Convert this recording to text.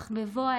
אך בה בעת,